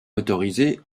motorisés